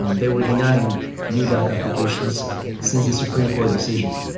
they were denying new daca applications since the supreme court decision.